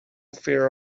fear